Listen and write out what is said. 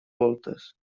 voltes